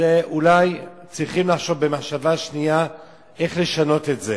אולי צריך לחשוב במחשבה שנייה איך לשנות את זה.